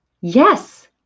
Yes